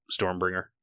Stormbringer